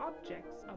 objects